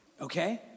Okay